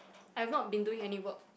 I have not been doing any work